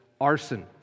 arson